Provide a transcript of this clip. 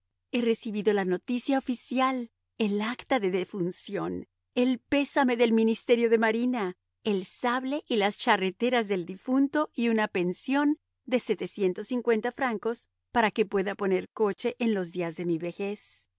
he recibido la noticia oficial el acta de defunción el pésame del ministerio de marina el sable y las charreteras del difunto y una pensión de francos para que pueda poner coche en los días de mi vejez